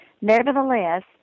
Nevertheless